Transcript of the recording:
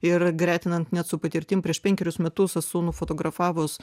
ir gretinant net su patirtim prieš penkerius metus esu nufotografavus